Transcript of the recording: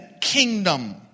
kingdom